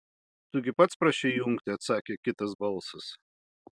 tu gi pats prašei įjungti atsakė kitas balsas